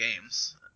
games